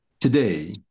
Today